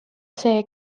see